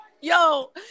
Yo